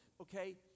okay